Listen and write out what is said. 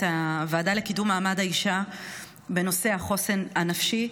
הוועדה לקידום מעמד האישה בנושא החוסן הנפשי.